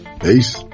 Peace